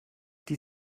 die